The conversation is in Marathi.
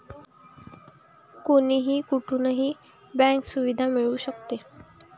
कोणीही कुठूनही बँक सुविधा मिळू शकते